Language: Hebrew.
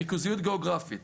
ריכוזיות גיאוגרפית,